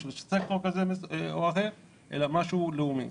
הרשויות המקומיות,